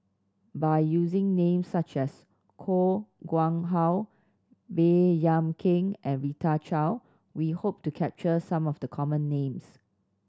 by using names such as Koh Nguang How Baey Yam Keng and Rita Chao we hope to capture some of the common names